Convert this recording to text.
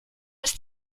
ist